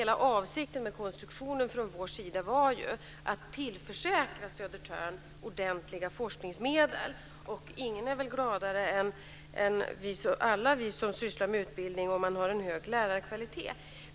Hela avsikten med konstruktion från vår sida var ju att tillförsäkra Södertörns högskola ordentliga forskningsmedel. Och ingen är väl gladare än alla vi som sysslar med utbildning om man har en hög lärarkvalitet.